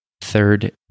Third